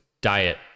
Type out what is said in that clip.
diet